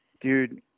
dude